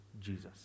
Jesus